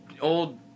old